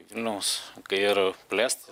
vilniaus ir plėsti